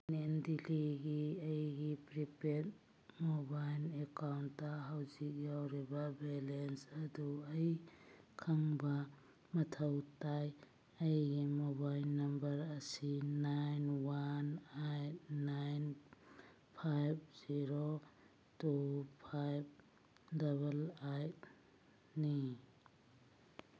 M T N L ꯗꯤꯜꯂꯤꯒꯤ ꯑꯩꯒꯤ prepaid mobile account ꯍꯧꯖꯤꯛ ꯌꯥꯎꯔꯤꯕ ꯕꯦꯂꯦꯟꯁ ꯑꯗꯨ ꯑꯩ ꯈꯪꯕ ꯃꯊꯧ ꯇꯥꯏ ꯑꯩꯒꯤ ꯃꯣꯕꯥꯏꯜ ꯅꯝꯕꯔ ꯑꯁꯤ nine one eight nine five zero two five double ꯑꯩꯠꯅꯤ